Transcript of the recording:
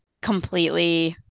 completely